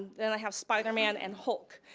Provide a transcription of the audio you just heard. then i have spiderman and hulk.